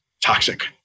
toxic